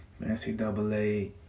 NCAA